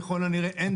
ככל הנראה,